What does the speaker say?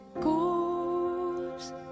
goes